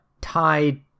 tied